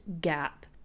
gap